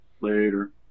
Later